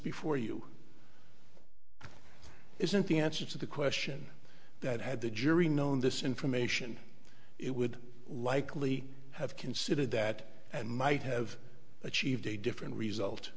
before you isn't the answer to the question that had the jury known this information it would likely have considered that and might have achieved a different result